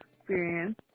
experience